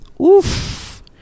Oof